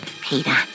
Peter